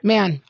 Man